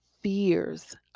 fears